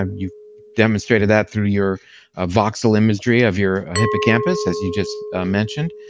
um you've demonstrated that through your voxel imagery of your hippocampus as you just mentioned,